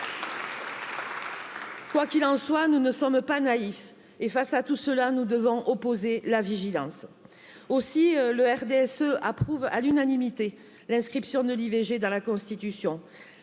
Quoi qu'il en soit, nous ne sommes pas naïfs et, face à tout cela, nous devons opposera vigilance aussi le D S E approuve à l'unanimité l'inscription de l'i V G dans la constitution,